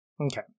Okay